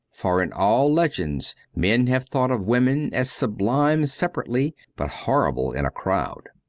for in all legends men have thought of women as sub lime separately, but horrible in a crowd.